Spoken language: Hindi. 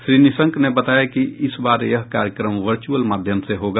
श्री निशंक ने बताया कि इस बार यह कार्यक्रम वर्चअल माध्यम से होगा